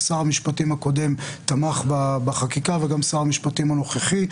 שר המשפטים הקודם תמך בחקיקה וגם שר המשפטים הנוכחי.